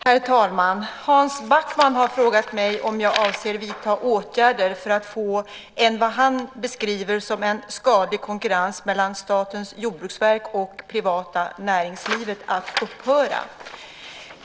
Herr talman! Hans Backman har frågat mig om jag avser att vidta åtgärder för att få en vad han beskriver som skadlig konkurrens mellan Statens jordbruksverk och det privata näringslivet att upphöra.